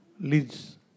leads